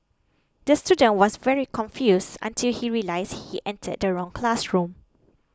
the student was very confused until he realised he entered the wrong classroom